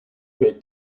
grade